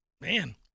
man